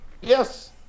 Yes